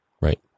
Right